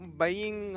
buying